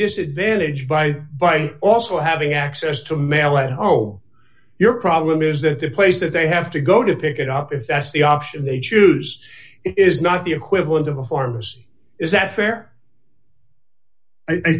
disadvantaged by by also having access to mail and whoa your problem is that the place that they have to go to pick it up if that's the option they choose is not the equivalent of a farm's is that fair i